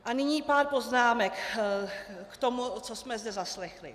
A nyní pár poznámek k tomu, co jsme zde zaslechli.